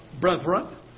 brethren